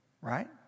Right